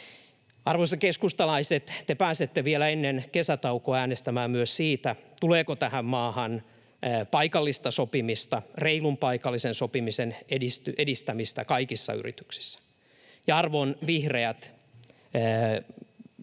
Arvoisat keskustalaiset, te pääsette vielä ennen kesätaukoa äänestämään myös siitä, tuleeko tähän maahan paikallista sopimista, reilun paikallisen sopimisen edistämistä kaikissa yrityksissä. Ja arvon vihreät,